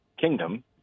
kingdom